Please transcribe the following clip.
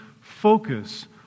focus